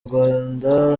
rwanda